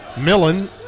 Millen